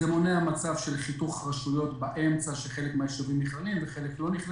זה מונע מצב של חיתוך רשויות באמצע כך שחלק מהיישובים נכללים וחלק לא.